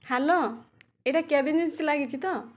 hello ଏହିଟା cab agency ଲାଗିଛି ତ